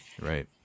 Right